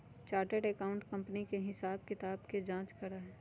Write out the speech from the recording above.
chartered accountant company के हिसाब किताब के जाँच करा हई